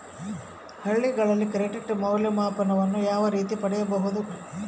ಹಳ್ಳಿಗಳಲ್ಲಿ ಕ್ರೆಡಿಟ್ ಮೌಲ್ಯಮಾಪನ ಯಾವ ರೇತಿ ಪಡೆಯುವುದು?